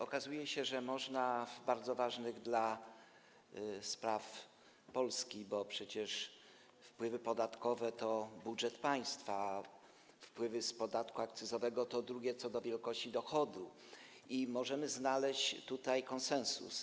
Okazuje się, że w bardzo ważnych dla Polski sprawach - bo przecież wpływy podatkowe to budżet państwa, a wpływy z podatku akcyzowego to drugie co do wielkości dochody - możemy znaleźć tutaj konsensus.